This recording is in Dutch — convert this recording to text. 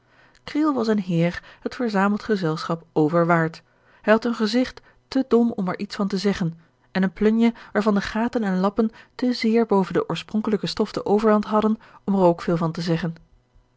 was een heer het verzameld gezelschap overwaard hij had een gezigt te dom om er iets van te zeggen en eene plunje waarvan de gaten en lappen te zeer boven de oorspronkelijke stof de overhand hadden om er ook veel van te zeggen